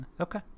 Okay